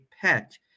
PET